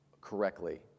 correctly